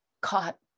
caught